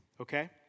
okay